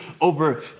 over